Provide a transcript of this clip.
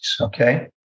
okay